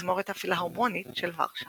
התזמורת הפילהרמונית של ורשה